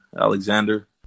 Alexander